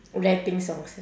rapping songs